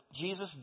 Jesus